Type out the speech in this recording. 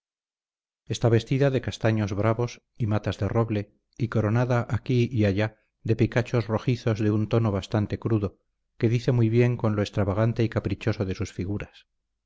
está vestida de castaños bravos y matas de roble y coronada aquí y allá de picachos rojizos de un tono bastante crudo que dice muy bien con lo extravagante y caprichoso de sus figuras